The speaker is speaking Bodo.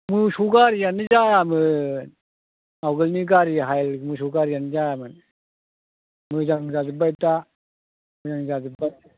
मोसौ गारियानो जायामोन आवगोलनि गारियाहाय मोसौ गारियानो जायामोन मोजां जाजोबबाय दा मोजां जाजोब्बाय